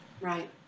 Right